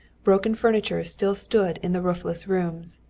broken furniture still stood in the roofless rooms,